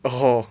oh